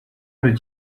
did